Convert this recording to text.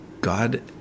God